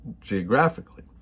geographically